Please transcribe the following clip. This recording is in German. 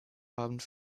abend